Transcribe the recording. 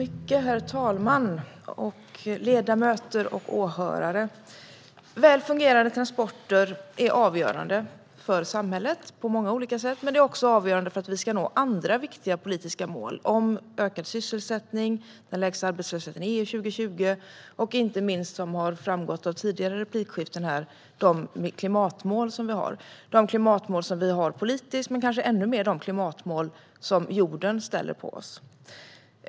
Herr talman, ledamöter och åhörare! Väl fungerande transporter är avgörande för samhället på många olika sätt, men det är också avgörande för att vi ska nå andra viktiga politiska mål om ökad sysselsättning, den lägsta arbetslösheten i EU 2020 och inte minst, som har framgått av tidigare replikskiften här, de klimatmål som vi har. Det gäller de klimatmål som vi har politiskt men kanske ännu mer de klimatmål som handlar om de krav som jorden ställer på oss.